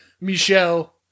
Michelle